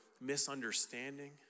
misunderstanding